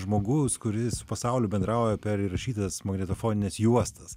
žmogus kuris su pasauliu bendrauja per įrašytas magnetofonines juostas